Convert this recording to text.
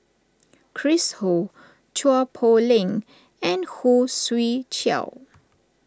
Chris Ho Chua Poh Leng and Khoo Swee Chiow